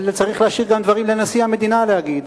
אבל צריך גם להשאיר דברים לנשיא המדינה להגיד.